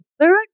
third